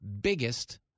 biggest